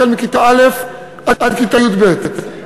מכיתה א' עד כיתה י"ב,